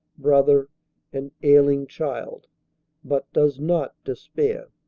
brother and ailing child but does not despair.